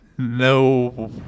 No